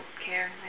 care